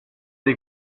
dei